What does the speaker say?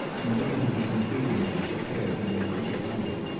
and go to the interior to prepare for their winter hunting.